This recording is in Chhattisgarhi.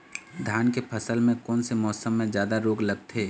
धान के फसल मे कोन से मौसम मे जादा रोग लगथे?